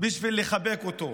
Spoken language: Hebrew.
בשביל לחבק אותו,